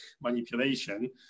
manipulation